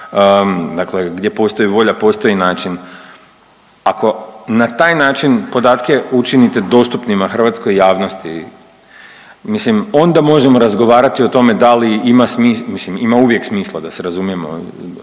Dakle, gdje postoji volja, postoji i način. Ako na taj način podatke učinite dostupnima Hrvatskoj javnosti, mislim onda možemo razgovarati o tome da li ima smisla, mislim ima uvijek